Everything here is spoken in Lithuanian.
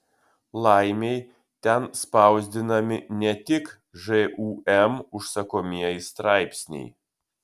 laimei ten spausdinami ne tik žūm užsakomieji straipsniai